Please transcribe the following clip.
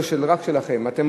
כפי